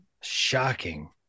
Shocking